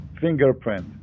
fingerprint